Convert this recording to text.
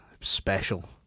special